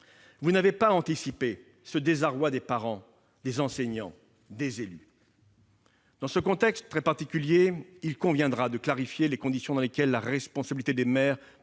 Vous n'avez pas anticipé le désarroi des parents, des enseignants, des élus. Dans ce contexte très particulier, il conviendra de clarifier les conditions dans lesquelles la responsabilité des maires